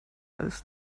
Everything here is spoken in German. als